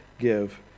give